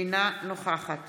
אינה נוכחת